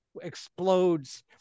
explodes